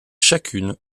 chacune